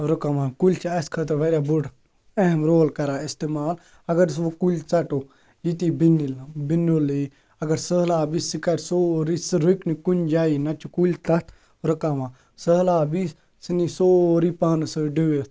رُکاوان کُلۍ چھِ اَسہِ خٲطرٕ واریاہ بوٚڑ اَہم رول کران اِستعمال اگر زن وۄنۍ کُلۍ ژٹو ییٚتہِ یِیہِ بُنِل یی اگر سہلاب یی سُہ کرِ سورٕے سُہ رُکہِ نہٕ کُنہِ جایہِ نہ چھِ کُلۍ تَتھ رُکاوان سہلاب یی سُہ نی سورٕے پانس سۭتۍ ڈُوِتھ